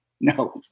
No